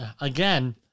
again